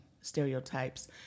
stereotypes